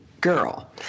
Girl